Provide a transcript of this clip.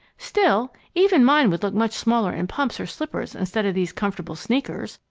still, even mine would look much smaller in pumps or slippers instead of these comfortable sneakers.